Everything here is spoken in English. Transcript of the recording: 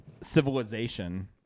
Civilization